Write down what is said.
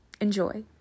enjoy